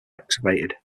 excavated